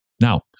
Now